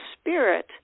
spirit